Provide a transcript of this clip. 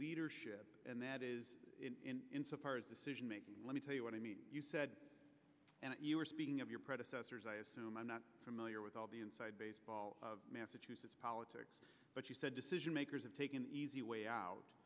leadership and that is insofar as decision making let me tell you what i mean you said and you were speaking of your predecessors i assume i'm not familiar with all the inside baseball of massachusetts politics but you said decision makers have taken the easy way out